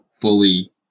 fully